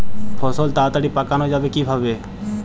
ফসল তাড়াতাড়ি পাকানো যাবে কিভাবে?